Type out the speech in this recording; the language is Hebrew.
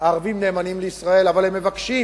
הערבים הם נאמנים לישראל, אבל הם מבקשים: